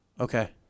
Okay